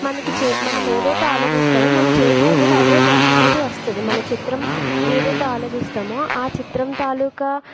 మనకి చే మనము ఏదైతే ఆలోచిస్తామో మన చేతిలో కూడా అదే బొమ్మ అనేది వస్తుంది మన చిత్రం ఏదైతే ఆలోచిస్తామో ఆ చిత్రం తాలూకా